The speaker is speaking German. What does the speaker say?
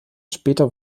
später